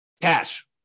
Cash